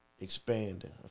expanding